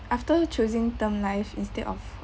after choosing term life instead of